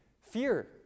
fear